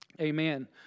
Amen